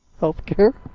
healthcare